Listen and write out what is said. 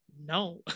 No